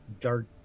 dark